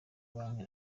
banki